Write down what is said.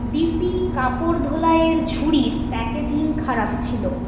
DP কাপড় ধোলাইয়ের ঝুড়ির প্যাকেজিং খারাপ ছিলো